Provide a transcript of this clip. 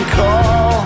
call